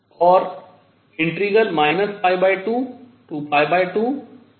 और 22cos2θdθ शून्य है